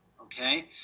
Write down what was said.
okay